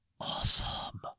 awesome